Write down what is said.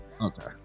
okay